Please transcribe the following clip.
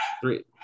three